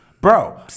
Bro